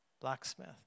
Blacksmith